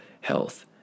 health